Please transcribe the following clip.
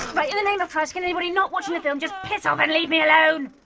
right, in the name of christ, can anybody not watching the film just piss off and leave me alone?